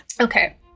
Okay